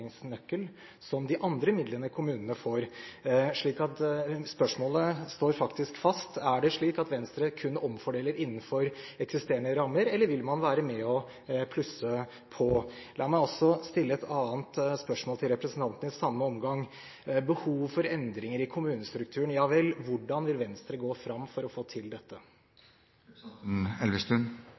fordelingsnøkkel som de andre midlene kommunene får. Så spørsmålet står fast: Er det slik at Venstre kun omfordeler innenfor eksisterende rammer, eller vil man være med og plusse på? La meg også stille et annet spørsmål til representanten i samme omgang: Behov for endringer i kommunestrukturen, ja vel, men hvordan vil Venstre gå fram for å få til